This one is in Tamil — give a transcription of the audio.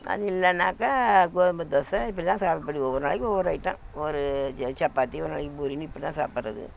அது இல்லனாக்க கோதுமை தோசை இப்படி தான் சாப்புடுவோம் ஒரு நாளைக்கு ஒவ்வொரு ஐட்டம் ஒரு இது சப்பாத்தி ஒரு நாளைக்கு பூரின்னு இப்படி தான் சாப்புடுறது